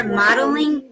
modeling